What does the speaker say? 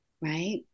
right